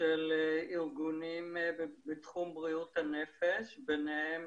של ארגונים בתחום בריאות הנפש, ביניהם